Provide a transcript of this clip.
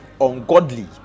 ungodly